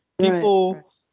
People